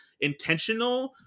intentional